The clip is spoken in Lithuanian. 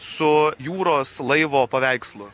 su jūros laivo paveikslu